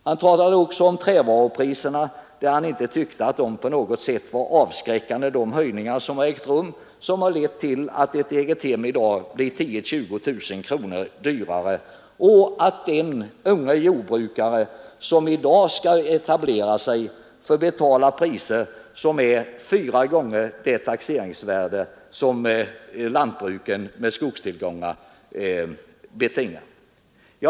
Han talade också om trävarupriserna, och han tyckte inte att de höjningar, som ägt rum, på något sätt var avskräckande, fastän de lett till att ett egethem i dag blir 10 000—20 000 kronor dyrare och till att den unge jordbrukare, som i dag skall etablera sig, får betala priser som ligger fyra gånger högre än taxeringsvärdet på lantbruk med skogstillgångar.